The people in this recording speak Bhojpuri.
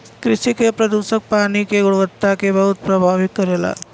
कृषि के प्रदूषक पानी के गुणवत्ता के बहुत प्रभावित करेला